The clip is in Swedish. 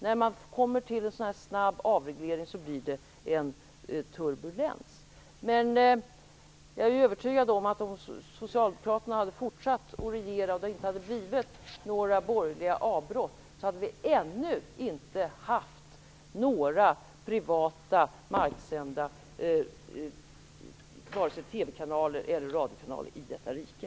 När det sker en så här snabb avreglering blir det turbulens. Men jag är övertygad om att om Socialdemokraterna hade fortsatt att regera och det inte hade blivit några borgerliga avbrott så hade vi ännu inte haft några privata marksända TV-kanaler eller radiokanaler i detta rike.